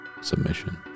submission